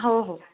हो हो